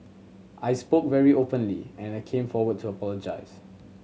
I spoke very openly and I came forward to apologise